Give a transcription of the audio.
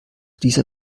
dieser